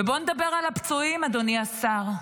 ובוא נדבר על הפצועים, אדוני השר.